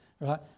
Right